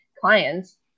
clients